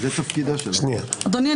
אדוני,